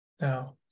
Now